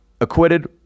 acquitted